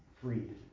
freed